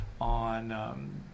on